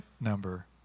number